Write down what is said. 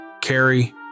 Carrie